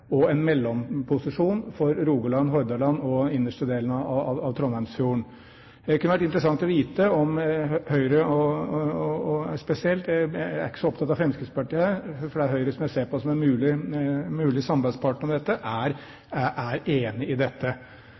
og en mellomposisjon for Rogaland, Hordaland og innerste delen av Trondheimsfjorden. Det kunne vært interessant å vite om Høyre spesielt – jeg er ikke så opptatt av Fremskrittspartiet for det er Høyre jeg ser på som en mulig samarbeidspartner om dette – er enig i dette,